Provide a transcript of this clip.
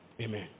Amen